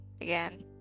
Again